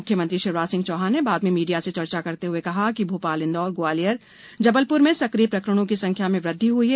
मुख्यमंत्री शिवराज सिंह चौहान ने बाद में मीडिया से चर्चा करते हुए कहा है कि भोपाल इंदौर ग्वालियर जबलपुर में सक्रिय प्रकरणों की संख्या में वृद्धि हुई है